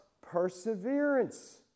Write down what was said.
perseverance